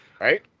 Right